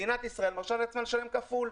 מדינת ישראל מרשה לעצמה לשלם כפול,